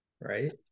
Right